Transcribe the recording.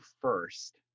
first